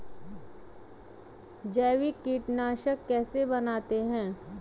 जैविक कीटनाशक कैसे बनाते हैं?